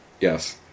Yes